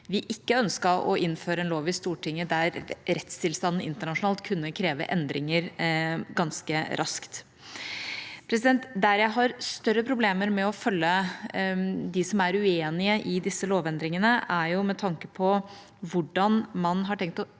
ønsket å innføre en lov i Stortinget der rettstilstanden internasjonalt kunne kreve endringer ganske raskt. Der jeg har større problemer med å følge dem som er uenige i disse lovendringene, er med tanke på hvordan man har tenkt å